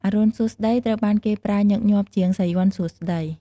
អរុណសួស្តី ត្រូវបានគេប្រើញឹកញាប់ជាង "សាយ័ន្តសួស្តី" ។